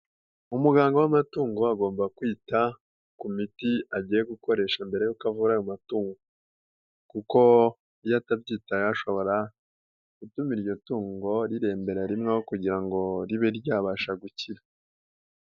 Umuganga w'amatungo agomba kwita ku miti agiye gukoresha mbere y'uko avura ayo amatungo kuko iyo atabyitayeho ashobora gutuma iryo tungo rirembera rimwe aho kugira ngo ribe ryabasha gukira.